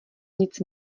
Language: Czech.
nic